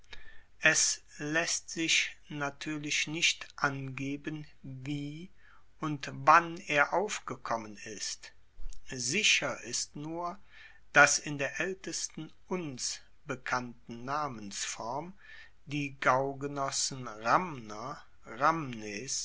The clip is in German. es laesst sich natuerlich nicht angeben wie und wann er aufgekommen ist sicher ist nur dass in der aeltesten uns bekannten namensform die gaugenossen ramner